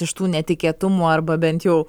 iš tų netikėtumų arba bent jau